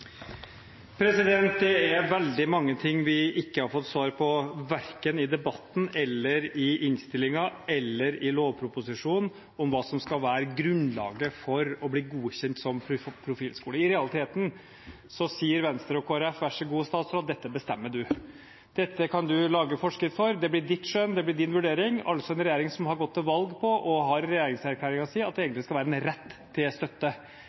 det. Det er veldig mange ting vi ikke har fått svar på, verken i debatten, i innstillingen eller i lovproposisjonen, når det gjelder hva som skal være grunnlaget for å bli godkjent som profilskole. I realiteten sier Venstre og Kristelig Folkeparti: Vær så god, statsråd, dette bestemmer du, dette kan du lage forskrift for, det blir ditt skjønn, det blir din vurdering. Altså: En regjering som har gått til valg på – og har i regjeringserklæringen sin – at det egentlig skal være en rett til støtte,